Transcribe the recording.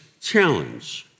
challenge